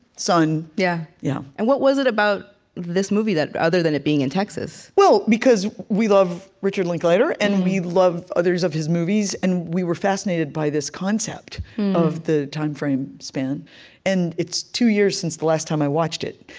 son yeah yeah and what was it about this movie, other than it being in texas? well, because we richard linklater, and we love others of his movies, and we were fascinated by this concept of the timeframe, span and it's two years since the last time i watched it.